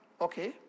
okay